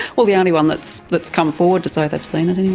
well, the only one that's that's come forward to say they've seen it,